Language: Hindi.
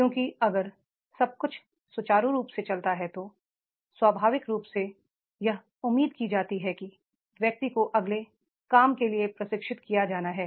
क्योंकि अगर सब कुछ सुचारू रूप से चलता है तो स्वाभाविक रूप से यह उम्मीद की जाती है कि व्यक्ति को अगले काम के लिए प्रशिक्षित किया जाना है